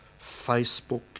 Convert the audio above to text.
Facebook